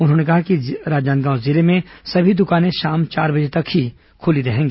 उन्होंने कहा कि राजनांदगांव जिले में सभी दुकानें शाम चार बजे तक ही खुली रहेंगी